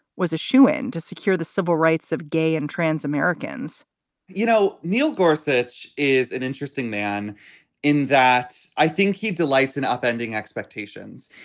was a shoo in to secure the civil rights of gay and trans americans you know, neil gorsuch is an interesting man in that i think he delights in upending expectations.